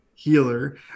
healer